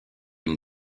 une